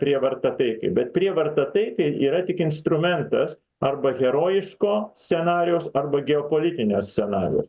prievarta taikai bet prievarta taikai yra tik instrumentas arba herojiško scenarijaus arba geopolitinio scenarijaus